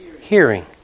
hearing